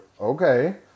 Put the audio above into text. okay